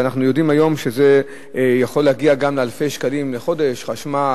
ואנחנו יודעים היום שזה יכול להגיע גם לאלפי שקלים לחודש: חשמל,